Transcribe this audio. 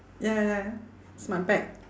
ya ya SmartPac